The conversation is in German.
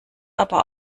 aber